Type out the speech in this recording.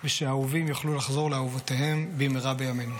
ושהאהובים יוכלו לחזור לאהובותיהם במהרה בימינו.